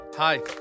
Hi